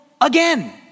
again